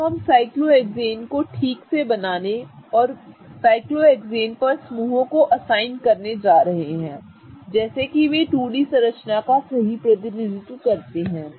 तो अब हम साइक्लोहेक्सेन को ठीक से बनाने और साइक्लोहेक्सेन पर समूहों को असाइन करने जा रहे हैं जैसे कि वे 2 डी संरचना का सही प्रतिनिधित्व करते हैं